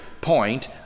point